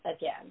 again